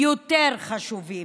חשוב יותר.